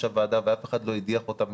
הוועדה ואף אחד לא הדיח אותה מתפקידה.